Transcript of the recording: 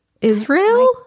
Israel